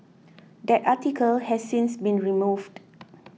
that article has since been removed